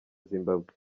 zimbabwe